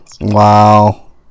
Wow